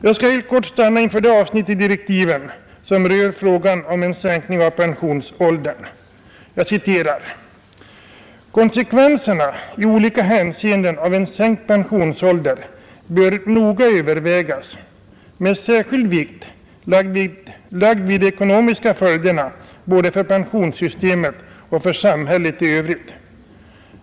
Jag skall helt kort stanna inför det avsnitt i direktiven som rör frågan om en sänkning av pensionsåldern: ”Konsekvenserna i olika hänseenden av en sänkt pensionålder bör noga övervägas med särskild vikt lagd vid de ekonomiska följderna både för pensionssystemet och för samhället i övrigt.